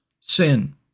sin